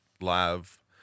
live